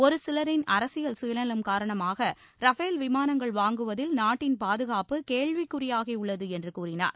ஒரு சிலரின் அரசியல் சுயநலம் காரணமாக ரபேல் விமானங்கள் வாங்குவதில் நாட்டின் பாதுகாப்பு கேள்விக்குறியாகி உள்ளது என்று கூறினார்